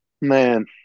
man